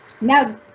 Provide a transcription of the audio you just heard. Now